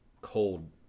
Cold